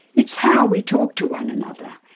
it's how we talk to one another,